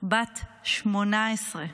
בת 18,